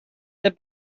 that